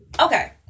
Okay